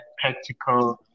practical